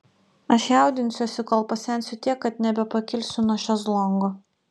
aš jaudinsiuosi kol pasensiu tiek kad nebepakilsiu nuo šezlongo